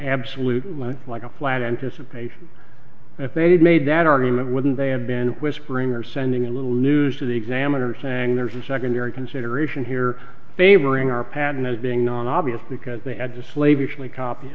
absolutely like a flat anticipations if they'd made that argument wouldn't they have been whispering or sending a little news to the examiner saying there's a secondary consideration here favoring our patent as being obvious because they had to slave usually copy